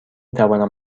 توانم